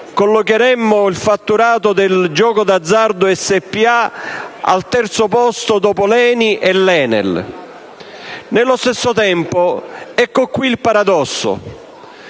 collocheremmo il fatturato del gioco d'azzardo SpA al terzo posto dopo l'ENI e l'ENEL. Nello stesso tempo - ecco qui il paradosso